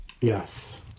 Yes